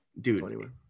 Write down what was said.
dude